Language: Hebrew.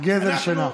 גזל שינה.